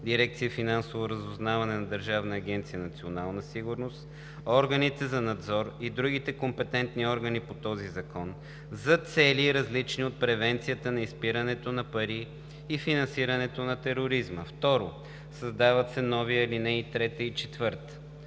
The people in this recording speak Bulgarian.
дирекция „Финансово разузнаване“ на Държавна агенция „Национална сигурност“, органите за надзор и другите компетентни органи по този закон за цели, различни от превенцията на изпирането на пари и финансирането на тероризма.“ 2. Създават се нови ал. 3 и 4: „(3) Преди